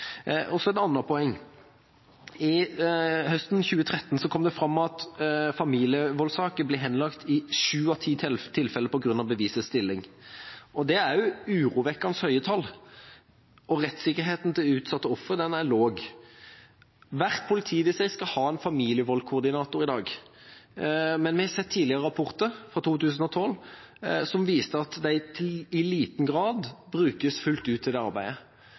fram at en familievoldssak ble henlagt i sju av ti tilfeller på grunn av bevisets stilling. Det er urovekkende høye tall. Rettssikkerheten til utsatte ofre er lav. Hvert politidistrikt skal i dag ha en familievoldkoordinator, men vi har sett tidligere rapporter – fra 2012 – som viste at de i liten grad brukes fullt ut i det arbeidet.